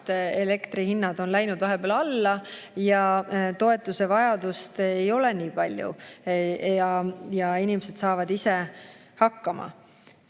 elektri hinnad on läinud vahepeal alla, toetuse vajadust ei ole nii palju ja inimesed saavad ise hakkama.